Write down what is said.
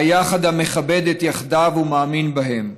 מהיחד המכבד את יחידיו ומאמין בהם.